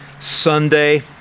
Sunday